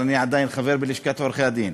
אבל אני עדיין חבר בלשכת עורכי-הדין.